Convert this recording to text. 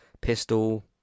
Pistol